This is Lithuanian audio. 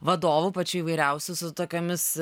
vadovų pačių įvairiausių su tokiomis